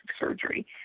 surgery